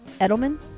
Edelman